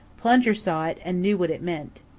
plunger saw it and knew what it meant.